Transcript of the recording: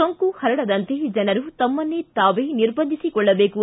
ಸೋಂಕು ಪರಡದಂತೆ ಜನರು ತಮ್ಮನ್ನು ತಾವೇ ನಿರ್ಬಂಧಿಸಿಕೊಳ್ಳಬೇಕು